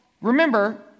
remember